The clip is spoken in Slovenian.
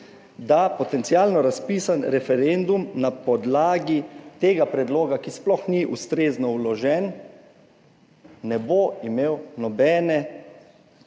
da potencialno razpisan referendum na podlagi tega predloga, ki sploh ni ustrezno vložen, ne bo imel nobene,